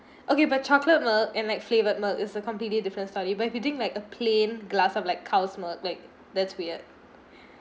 okay but chocolate milk and like flavored milk is a completely different style if but if you think like a plain glass of like cow's milk like that's weird